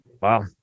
Wow